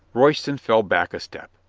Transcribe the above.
royston fell back a step.